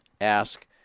Ask